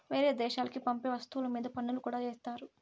వేరే దేశాలకి పంపే వస్తువుల మీద పన్నులు కూడా ఏత్తారు